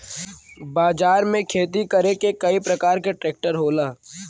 बाजार में खेती करे के कई परकार के ट्रेक्टर होला